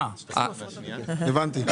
הבנתי.